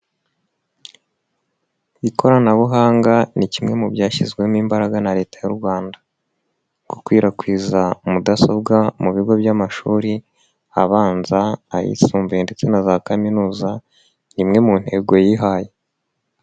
kIoranabuhanga ni kimwe mu byashyizwemo imbaraga na leta y'u Rwanda. Gukwirakwiza mudasobwa mu bigo by'amashuri abanza, ayisumbuye ndetse na za kaminuza ni imwe mu ntego yihaye.